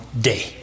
day